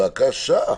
בבקשה.